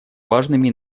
важными